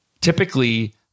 typically